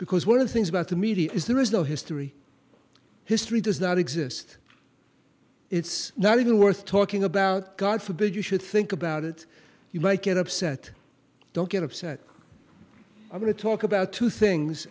because one of the things about the media is there is no history history does not exist it's not even worth talking about god forbid you should think about it you might get upset don't get upset i'm going to talk about two things